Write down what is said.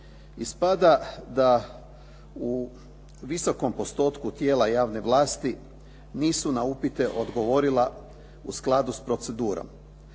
ispada da u visokom postotku tijela javne vlasti nisu na upite odgovorila u skladu s procedurom.